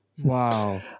Wow